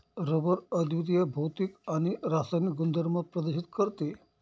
rubber अद्वितीय भौतिक आणि रासायनिक गुणधर्म प्रदर्शित करते